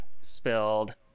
Spilled